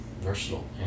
versatile